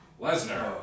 Lesnar